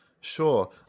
Sure